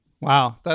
Wow